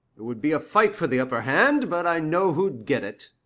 it would be a fight for the upper hand, but i know who'd get it,